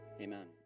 Amen